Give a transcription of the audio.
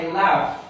love